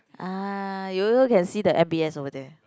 ah you also can see the M_b_S over there